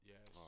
Yes